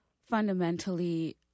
fundamentally